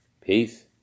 Peace